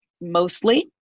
mostly